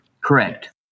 Correct